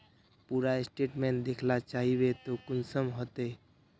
पूरा स्टेटमेंट देखला चाहबे तो कुंसम होते?